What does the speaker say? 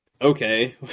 okay